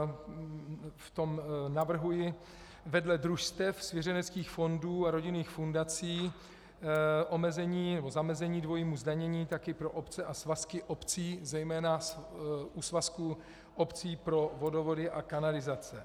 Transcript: V tom navrhuji vedle družstev, svěřeneckých fondů a rodinných fundací omezení nebo zamezení dvojímu zdanění taky pro obce a svazky obcí, zejména u svazků obcí pro vodovody a kanalizace.